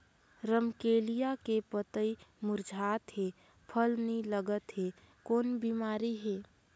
रमकलिया के पतई मुरझात हे फल नी लागत हे कौन बिमारी हे?